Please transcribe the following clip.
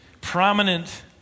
prominent